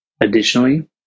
Additionally